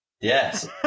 Yes